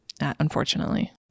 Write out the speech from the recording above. Unfortunately